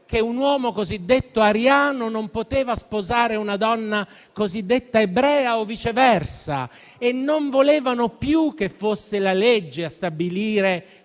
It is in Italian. che un uomo cosiddetto ariano non poteva sposare una donna cosiddetta ebrea o viceversa e non volevano più che fosse la legge a stabilire